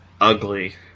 ugly